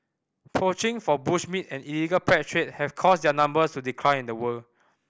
poaching for bush meat and illegal pet trade have caused their numbers to decline in the wild